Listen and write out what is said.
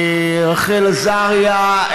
רחל עזריה,